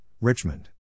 Richmond